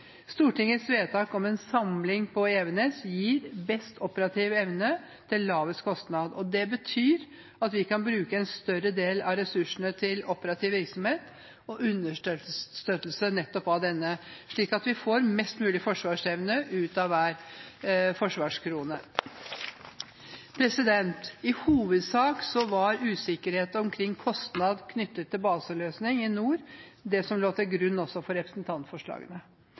Stortingets vedtak om en samling på Evenes gir best operativ evne til lavest kostnad. Det betyr at vi kan bruke en større del av ressursene til operativ virksomhet og understøttelse nettopp av denne, slik at vi får mest mulig forsvarsevne ut av hver forsvarskrone. I hovedsak var usikkerhet omkring kostnad knyttet til baseløsning i nord det som lå til grunn også for representantforslagene.